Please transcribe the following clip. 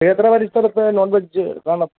ക്ഷേത്രപരിസരത്ത് non veg കാണ